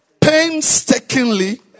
painstakingly